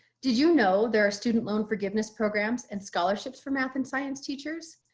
did you know there are student loan forgiveness programs and scholarships for math and science teachers.